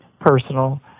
personal